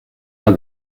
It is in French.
moi